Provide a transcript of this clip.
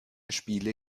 spiele